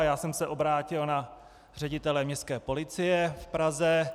Já jsem se obrátil na ředitele Městské policie v Praze.